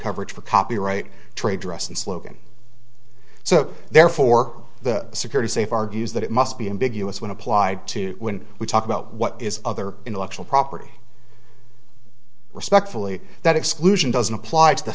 coverage for copyright trade dress and slogan so therefore the security safe argues that it must be ambiguous when applied to when we talk about what is other intellectual property respectfully that exclusion doesn't apply to the